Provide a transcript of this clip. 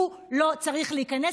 הוא לא צריך להיכנס,